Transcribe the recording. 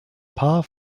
paar